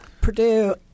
Purdue